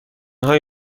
های